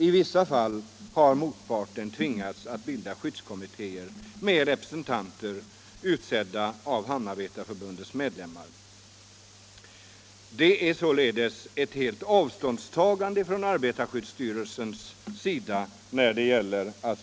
I vissa fall har motparten tvingats bilda skyddskommitté med representanter utsedda av Hamnarbetarförbundets medlemmar. Arbetarskyddsstyrelsen har således i sin tillämpning helt tagit avstånd från de stiftade lagarna.